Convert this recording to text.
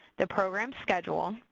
the program schedule,